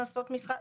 הכנסות משכר דירה,